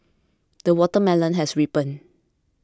the watermelon has ripened